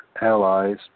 allies